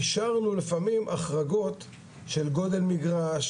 אישרנו לפעמים החרגות של גודל מגרש,